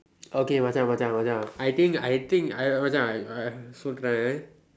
okay Macha Macha Macha I think I think I Macha I I சொல்லுறேன்:sollureen